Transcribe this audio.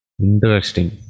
Interesting